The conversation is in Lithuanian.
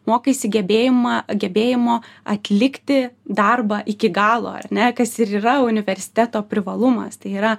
mokaisi gebėjimą gebėjimo atlikti darbą iki galo ar ne kas ir yra universiteto privalumas tai yra